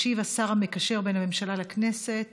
ישיב השר המקשר בין הממשלה לכנסת